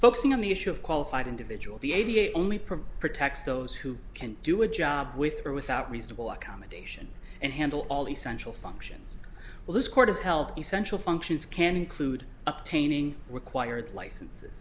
focusing on the issue of qualified individual the aviate only provide protects those who can do a job with or without reasonable accommodation and handle all essential functions well this court of health essential functions can include attaining required licenses